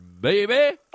baby